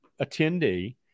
attendee